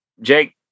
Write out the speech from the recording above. Jake